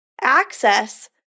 access